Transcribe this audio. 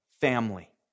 family